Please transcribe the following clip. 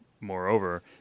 moreover